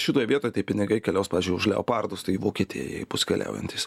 šitoj vietoj tai pinigai keliaus pavyzdžiui už leopardus tai į vokietiją jie bus keliaujantys